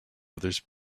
others